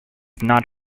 not